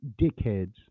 dickheads